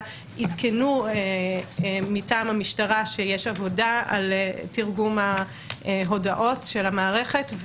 עדכנו מטעם המשטרה שיש עבודה על תרגום ההודעות של המערכת,